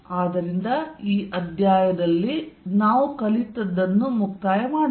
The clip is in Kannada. ಆದ್ದರಿಂದ ಈ ಅಧ್ಯಾಯದಲ್ಲಿ ನಾವು ಕಲಿತದ್ದನ್ನು ಮುಕ್ತಾಯ ಮಾಡೋಣ